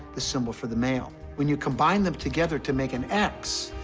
the symbol for the male. when you combine them together to make an x,